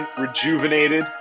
rejuvenated